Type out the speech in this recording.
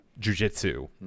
jujitsu